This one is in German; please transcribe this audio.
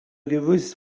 gewusst